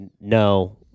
no